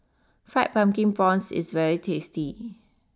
Fried Pumpkin Prawns is very tasty